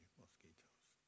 mosquitoes